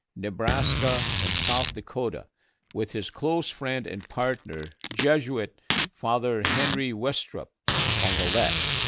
nebraska, and south dakota with his close friend and partner, jesuit father henry westropp on the left.